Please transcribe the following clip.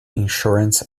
insurance